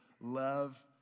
love